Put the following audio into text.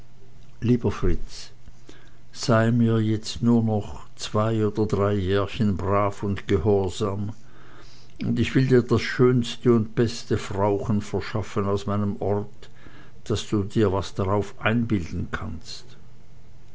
lieber fritz sei mir jetzt nur noch zwei oder drei jährchen brav und gehorsam und ich will dir das schönste und beste frauchen verschaffen aus meinem ort daß du dir was darauf einbilden kannst